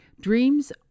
Dreams